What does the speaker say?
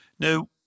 Now